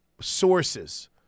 Sources